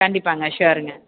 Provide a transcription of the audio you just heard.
கண்டிப்பாகங்க ஷூயருங்க